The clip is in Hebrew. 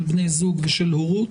של בני זוג ושל הורות,